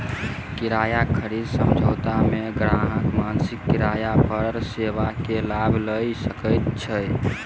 किराया खरीद समझौता मे ग्राहक मासिक किराया पर सेवा के लाभ लय सकैत छै